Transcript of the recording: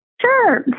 Sure